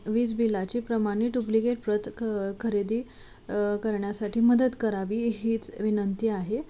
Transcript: वीज बिलाची प्रमाणित डुप्लिकेट प्रत क खरेदी करण्यासाठी मदत करावी हीच विनंती आहे